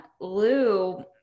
Lou